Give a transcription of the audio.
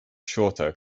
shorter